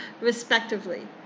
respectively